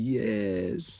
yes